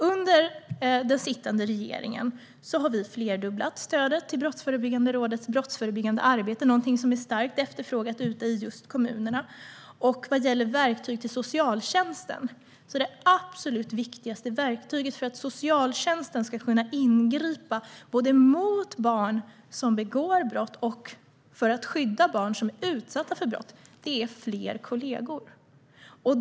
Under den sittande regeringen har vi flerdubblat stödet till Brottsförebyggande rådets brottsförebyggande arbete, någonting som är starkt efterfrågat ute i kommunerna. Vad gäller verktyg till socialtjänsten är det absolut viktigaste verktyget för att socialtjänsten ska kunna ingripa, både mot barn som begår brott och för att skydda barn som är utsatta för brott, fler kollegor.